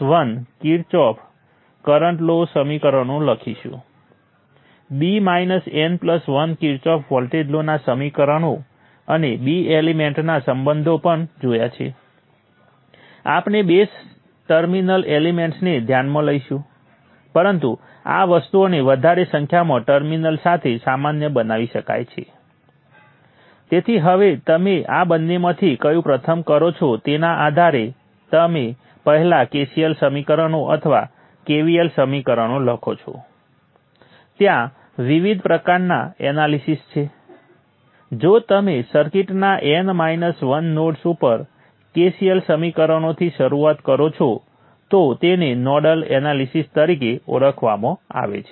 અને આપણે આના માટે નોડલ ઈક્વેશનો જાણીએ છીએ તેથી તે G ટાઇમ્સ છે કે વોલ્ટેજનો વેક્ટર V એ સોર્સ I ના વેક્ટરની બરાબર છે અને વોલ્ટેજનો વેક્ટર V ત્રણ વેક્ટર V1 V2 V3 નો સમાવેશ થાય છે જ્યાં આ બધા રેફરન્સ નોડના સંદર્ભમાં નોડ 1 નોડ 2 અને નોડ 3ના વોલ્ટેજ છે